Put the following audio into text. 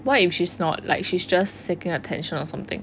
what if he's not like she's just seeking attention or something